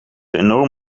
enorm